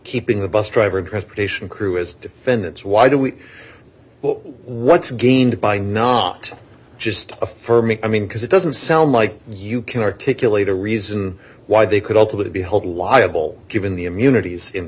keeping the bus driver transportation crew as defendants why do we what's gained by not just affirming i mean because it doesn't sound like you can articulate a reason why they could ultimately be held liable given the immunity is in